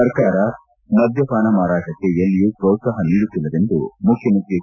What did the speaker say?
ಸರ್ಕಾರ ಮದ್ಯಪಾನ ಮಾರಾಟಕ್ಕೆ ಎಲ್ಲಿಯೂ ಪ್ರೋತ್ಸಾಪ ನೀಡುತ್ತಿಲ್ಲವೆಂದು ಮುಖ್ಯಮಂತ್ರಿ ಎಚ್